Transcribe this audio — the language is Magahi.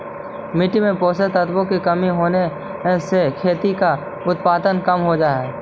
मिट्टी में पोषक तत्वों की कमी होवे से खेती में उत्पादन कम हो जा हई